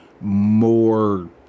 more